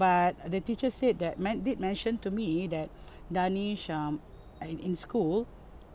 but the teacher said that men did mention to me that darnish um uh in school